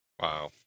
wow